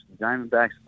Diamondbacks